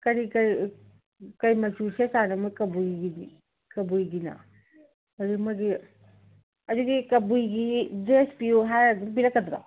ꯀꯔꯤ ꯀꯔꯤ ꯀꯩ ꯃꯆꯨ ꯁꯦꯠꯆꯥꯅꯣ ꯃꯣꯏ ꯀꯕꯨꯏꯒꯤꯗꯤ ꯀꯕꯨꯏꯒꯤꯅ ꯑꯗꯨ ꯃꯣꯏꯒꯤ ꯑꯗꯨꯗꯤ ꯀꯕꯨꯏꯒꯤ ꯗ꯭ꯔꯦꯁ ꯄꯤꯎ ꯍꯥꯏꯔ ꯑꯗꯨꯝ ꯄꯤꯔꯛꯀꯗ꯭ꯔꯣ